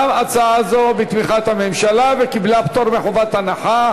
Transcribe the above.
גם הצעה זו היא בתמיכת הממשלה וקיבלה פטור מחובת הנחה.